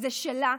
זה שלה,